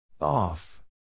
Off